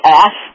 off